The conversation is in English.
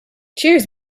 cheers